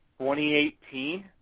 2018